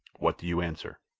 what do you answer?